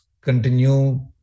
continue